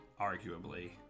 arguably